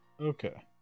Okay